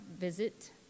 visit